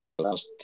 last